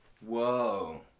Whoa